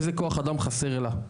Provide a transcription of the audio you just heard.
איזה כוח אדם חסר לה?